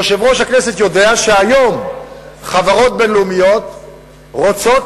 יושב-ראש הכנסת יודע שהיום חברות בין-לאומיות רוצות